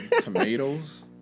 tomatoes